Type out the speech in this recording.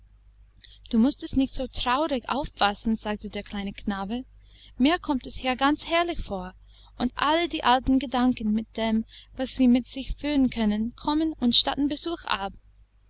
du mußt es nicht so traurig auffassen sagte der kleine knabe mir kommt es hier ganz herrlich vor und alle die alten gedanken mit dem was sie mit sich führen können kommen und statten besuch ab